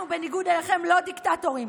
אנחנו, בניגוד אליכם, לא דיקטטורים.